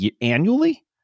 annually